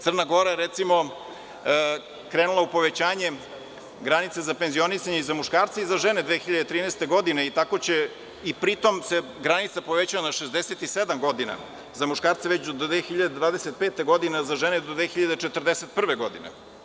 Crna Gora, recimo, krenula je povećanjem granice za penzionisanje i za muškarce i za žene 2013. godine, pri tom se granica povećava na 67 godina za muškarce već do 2025. godine,a za žene do 2041. godine.